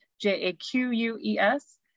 J-A-Q-U-E-S